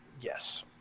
Yes